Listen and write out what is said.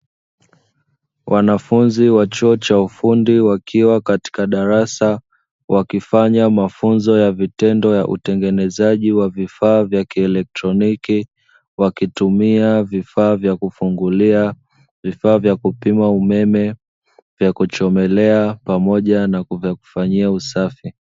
Wanafunzi wa chuo cha ufundi wakiwa katika darasa wakifanya mafunzo ya vitendo ya utengenezaji wa vifaa vya kielektroniki, wakitumia vifaa vya kufungulia, vifaa vya kupima umeme, vya kuchomelea pamoja na vya kufanyia usafi.